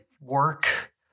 work